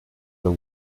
the